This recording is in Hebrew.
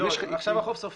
עכשיו החוב סופי.